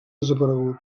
desaparegut